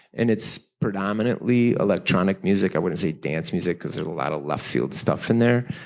and it's predominantly electronic music, i wouldn't say dance music because there's a lot of left field stuff in there